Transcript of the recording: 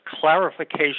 clarification